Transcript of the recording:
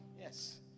Yes